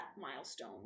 milestone